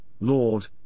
Lord